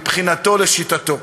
מבחינתו ולשיטתו.